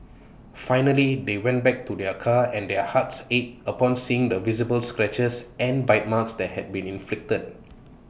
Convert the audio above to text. finally they went back to their car and their hearts ached upon seeing the visible scratches and bite marks that had been inflicted